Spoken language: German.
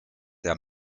der